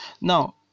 now